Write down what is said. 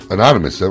Anonymous